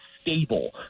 stable